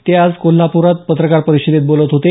ते आज कोल्हापुरात पत्रकार परिषदेत बोलत होते